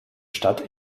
stadt